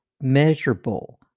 measurable